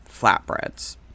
flatbreads